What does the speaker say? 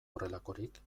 horrelakorik